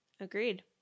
Agreed